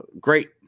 Great